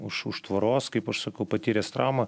už už tvoros kaip aš sakau patyręs traumą